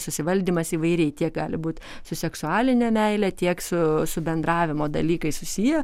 susivaldymas įvairiai tiek gali būt su seksualine meile tiek su su bendravimo dalykais susiję